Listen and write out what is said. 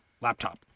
laptop